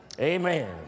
Amen